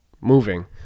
moving